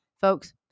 Folks